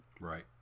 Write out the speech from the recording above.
Right